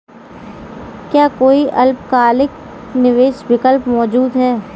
क्या कोई अल्पकालिक निवेश विकल्प मौजूद है?